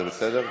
זה בסדר?